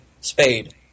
Spade